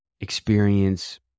experience